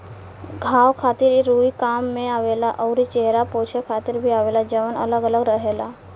घाव खातिर रुई काम में आवेला अउरी चेहरा पोछे खातिर भी आवेला जवन अलग अलग रहेला